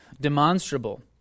demonstrable